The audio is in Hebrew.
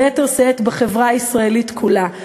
וביתר שאת בחברה הישראלית כולה.